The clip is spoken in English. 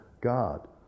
God